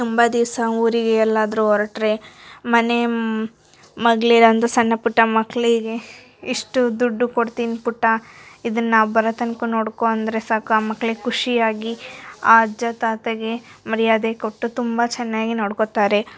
ತುಂಬಾ ದಿವಸ ಊರಿಗೆಲ್ಲಾದರೂ ಹೊರ್ಟ್ರೆ ಮನೆ ಮಗ್ಲಿರೊಂತ ಸಣ್ಣ ಪುಟ್ಟ ಮಕ್ಕಳಿಗೆ ಇಷ್ಟು ದುಡ್ಡು ಕೊಡ್ತೀನಿ ಪುಟ್ಟ ಇದನ್ನ ನಾವು ಬರೋತನಕ ನೋಡ್ಕೋ ಅಂದರೆ ಸಾಕು ಆ ಮಕ್ಳಿಗೆ ಖುಷಿಯಾಗಿ ಆ ಅಜ್ಜ ತಾತಗೆ ಮರ್ಯಾದೆ ಕೊಟ್ಟು ತುಂಬ ಚೆನ್ನಾಗಿ ನೋಡ್ಕೊತಾರೆ